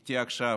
שאיתי עכשיו,